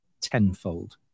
tenfold